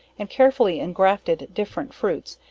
and carefully engrafted different fruits,